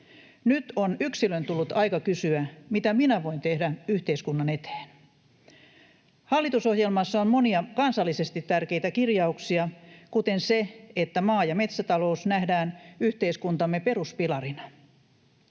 Nyt on tullut aika yksilön kysyä, mitä minä voin tehdä yhteiskunnan eteen. Hallitusohjelmassa on monia kansallisesti tärkeitä kirjauksia, kuten se, että maa- ja metsätalous nähdään yhteiskuntamme peruspilarina.